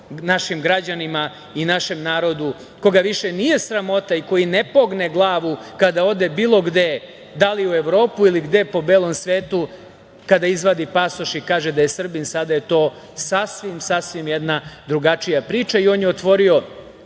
našim građanima i našem narodu, koga više nije sramota i koji ne pogne glavu kada ode bilo gde, da li u Evropu ili bilo gde po belom svetu, kada izvadi pasoš i kaže da je Srbin, sada je to sasvim, sasvim jedna drugačija priča. On je otvorio